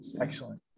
Excellent